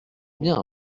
bien